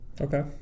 okay